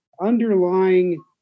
underlying